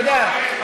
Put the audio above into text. אתה יודע,